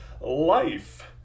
life